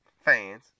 fans